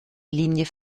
linie